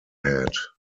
had